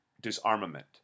disarmament